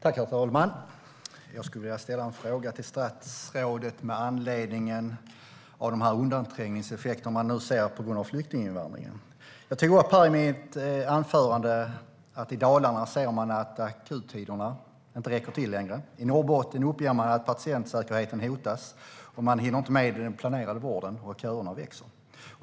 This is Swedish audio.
Herr talman! Jag skulle vilja ställa en fråga till statsrådet med anledning av de undanträngningseffekter som man nu ser på grund av flyktinginvandringen. Jag tog i mitt anförande upp att man i Dalarna ser att akuttiderna inte längre räcker till. I Norrbotten uppger man att patientsäkerheten hotas, att man inte hinner med den planerade vården och att köerna växer.